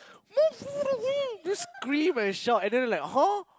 move out of the way you scream and shout and then like !huh!